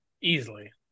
easily